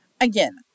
Again